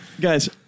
Guys